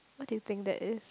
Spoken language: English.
what do you think that is